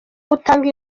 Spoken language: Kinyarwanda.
utanga